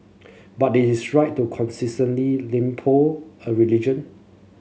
but is right to constantly lampoon a religion